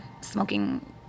smoking